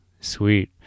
Sweet